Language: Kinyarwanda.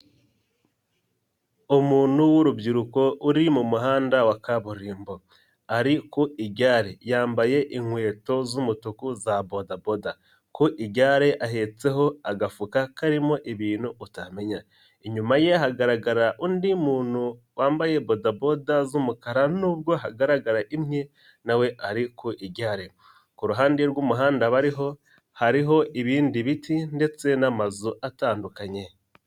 Umuntu w'urubyiruko uri mu muhanda wa kaburimbo, ari ku igare, yambaye inkweto z'umutuku za bodaboda, ku igare ahetseho agafuka karimo ibintu utamenya, inyuma ye hagaragara undi muntu wambaye bodaboda z'umukara n'ubwo hagaragara imwe na we ari ku igare, ku ruhande rw'umuhanda bariho, hariho ibindi biti ndetse n'amazu atandukanye.